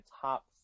top